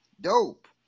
Dope